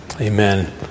Amen